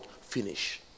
finish